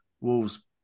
Wolves